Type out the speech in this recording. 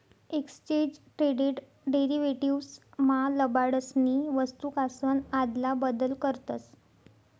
exchange traded derivatives मा लबाडसनी वस्तूकासन आदला बदल करतस